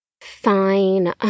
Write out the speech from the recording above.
Fine